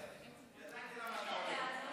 ידעתי למה אתה עולה.